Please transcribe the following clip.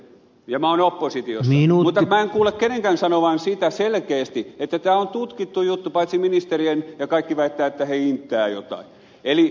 ja minä olen oppositiossa mutta minä en kuule kenenkään sanovan sitä selkeästi että tämä on tutkittu juttu paitsi ministerien ja kaikki väittävät että he inttävät jotain